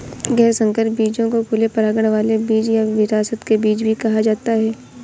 गैर संकर बीजों को खुले परागण वाले बीज या विरासत के बीज भी कहा जाता है